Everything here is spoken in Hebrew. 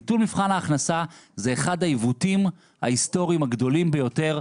ביטול מבחן ההכנסה זה אחד העיוותים ההיסטוריים הגדולים ביותר.